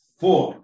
four